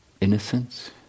innocence